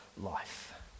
life